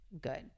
good